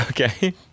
Okay